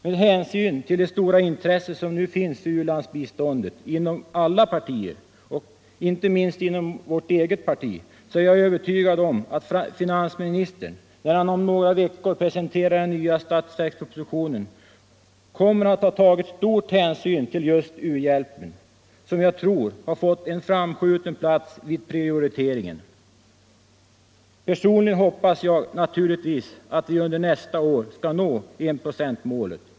Med hänsyn till det stora intresse som nu finns för u-landsbiståndet inom alla partier, inte minst inom vårt eget parti, är jag övertygad om att finansministern, när han om några veckor presenterar den nya budgetpropositionen, kommer att ha tagit stor hänsyn till just u-hjälpen, som jag tror har fått en framskjuten plats vid prioriteringen. Personligen hoppas jag naturligtvis att vi under nästa år skall nå enprocentsmålet.